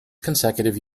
consecutive